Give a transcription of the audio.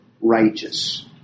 righteous